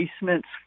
basements